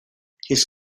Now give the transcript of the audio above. his